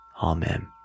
Amen